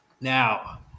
Now